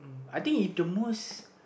I think most